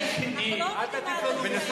רגע,